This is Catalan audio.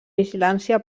vigilància